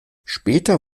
später